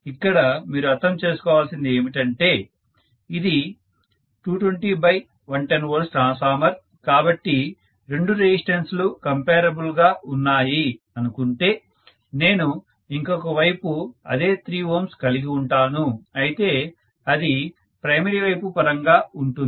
ఇక్కడ మీరు అర్థము చేసుకోవాల్సింది ఏమంటే ఇది 220110V ట్రాన్స్ఫార్మర్ కాబట్టి రెండు రెసిస్టెన్స్ లు కంపేరబుల్ గా ఉన్నాయి అనుకుంటే నేను ఇంకొక వైపు అదే 3 Ω కలిగి ఉంటాను అయితే అది ప్రైమరీ వైపు పరంగా ఉంటుంది